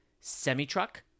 semi-truck